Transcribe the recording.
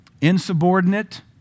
Insubordinate